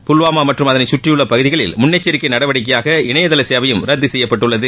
புல்வாமா மற்றும் அதனை சுற்றியுள்ள பகுதிகளில் முன்னெச்சரிக்கை நடவடிக்கையாக இணையதளசேவையும் ரத்து செய்யப்பட்டுள்ளது